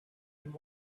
and